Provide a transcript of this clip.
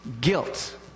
Guilt